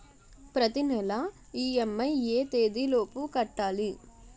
ప్రతినెల ఇ.ఎం.ఐ ఎ తేదీ లోపు కట్టాలి?